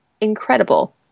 incredible